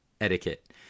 etiquette